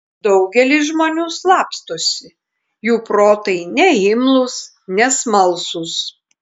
daugelis žmonių slapstosi jų protai neimlūs nesmalsūs